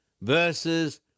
verses